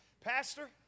Pastor